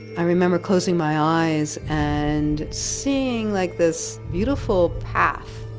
i remember closing my eyes and seeing like this beautiful path.